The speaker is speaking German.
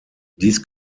dies